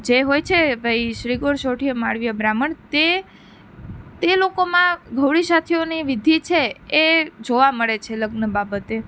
જે હોય છે ભાઈ શ્રીગુણસોઠિયો મારવીય બ્રાહ્મણ તે તે લોકોમાં ગૌરી સાથિયોની વિધિ છે એ જોવા મળે છે લગ્ન બાબતે